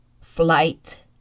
flight